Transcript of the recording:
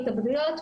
ההתאבדויות.